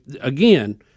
again